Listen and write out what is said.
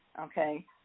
okay